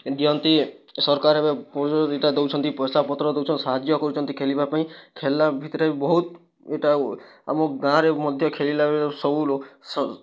ଦିଅନ୍ତି ସରକାର ଏବେ ପଇସା ଦୁଇଟା ଦେଉଛନ୍ତି ପଇସାପତ୍ର ଦେଉଛନ୍ତି ସାହଯ୍ୟ କରୁଛନ୍ତି ଖେଲିବା ପାଇଁ ଖେଲ୍ଲା ଭିତରେ ବହୁତ ଏଟା ଆଉ ଆମ ଗାଁରେ ମଧ୍ୟ ଖେଳିଲା ବେଳେ ସବୁ ଲୋକ୍ ସ